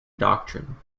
doctrine